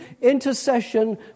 intercession